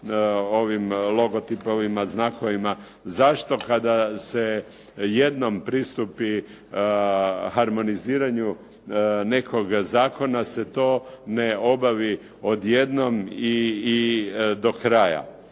ovim logotipovima, znakovima. Zašto kada se jednom pristupi harmoniziranju nekog zakona se to ne obavi odjednom i do kraja.